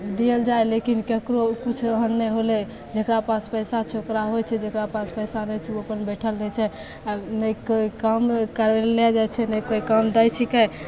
देल जाइ लेकिन ककरो किछु ओहन नहि होलै जकरा पास पैसा छै ओकरा होइ छै जकरा पास पैसा नहि छै ओ अपन बैठल रहै छै आब नहि कोइ काम करय लए जाइ छै नहि कोइ काम दै छिकै